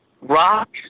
rock